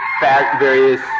various